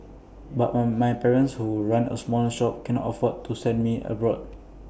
but one my parents who run A small shop can afford to send me abroad